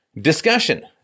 discussion